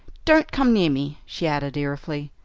don't come near me, she added, irefully,